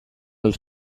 els